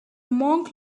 monk